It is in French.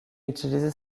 utiliser